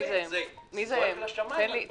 הדברים האלה זועקים לשמיים.